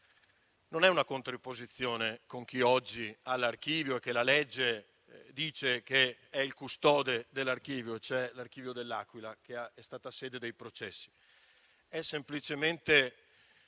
non è una contrapposizione con chi oggi è all'archivio e che la legge dice essere il custode dell'archivio, cioè l'archivio di L'Aquila, che è stata la sede dei processi. È semplicemente